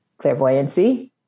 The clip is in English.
clairvoyancy